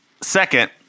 second –